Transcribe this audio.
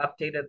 updated